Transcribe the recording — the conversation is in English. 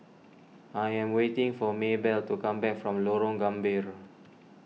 I am waiting for Maybell to come back from Lorong Gambir